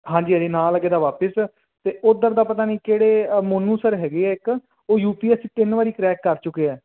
ਹਾਂਜੀ ਹਾਂਜੀ ਨਾ ਲੱਗੇ ਤਾਂ ਵਾਪਿਸ ਅਤੇ ਉੱਧਰ ਦਾ ਪਤਾ ਨਹੀਂ ਕਿਹੜੇ ਮੋਨੂ ਸਰ ਹੈਗੇ ਹੈ ਇੱਕ ਉਹ ਯੂ ਪੀ ਐਸ ਸੀ ਤਿੰਨ ਵਾਰੀ ਕਰੈਕ ਕਰ ਚੁੱਕੇ ਹੈ